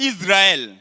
Israel